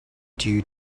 due